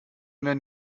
werden